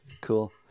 cool